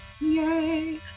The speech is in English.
Yay